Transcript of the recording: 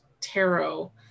Tarot